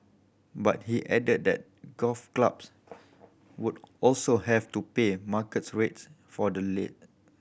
but he added that golf clubs would also have to pay market rates for the lay